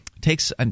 takes –